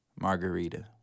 Margarita